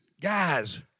guys